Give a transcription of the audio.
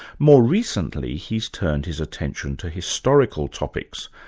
more recently he's turned his attention to historical topics,